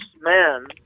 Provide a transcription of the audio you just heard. man